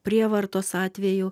prievartos atvejų